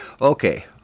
Okay